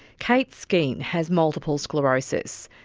kate skene has multiple sclerosis.